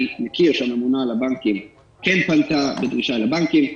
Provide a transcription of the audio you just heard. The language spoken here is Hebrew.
אני מכיר שהממונה על הבנקים כן פנתה בדרישה לבנקים.